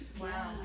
Wow